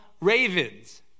ravens